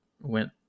went